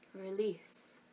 Release